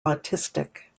autistic